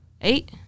Eight